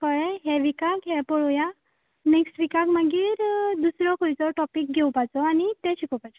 कळ्ळें हे विकाक हें पळोवया नॅक्स्ट विकाक मागीर दुसरो खंयचो टॉपीक घेवपाचो आनी तें शिकोवपाचें